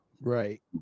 Right